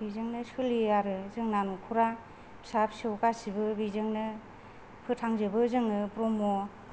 बेजोंनो सोलियो आरो जोंना न'खरा फिसा फिसौ गासिबो बेजोंनो फोथांजोबो जोङो ब्रह्म